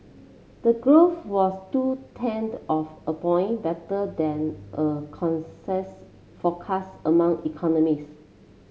the growth was two tenth of a point better than a consensus forecast among economists